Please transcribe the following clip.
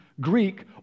Greek